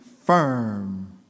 firm